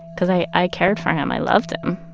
because i i cared for him, i loved him,